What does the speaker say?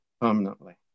permanently